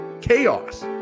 Chaos